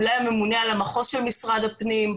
אולי הממונה על המחוז של משרד הפנים,